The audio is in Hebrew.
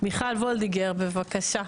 מיכל וולדיגר, בבקשה.